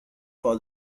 for